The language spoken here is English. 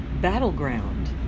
battleground